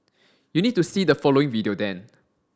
you need to see the following video then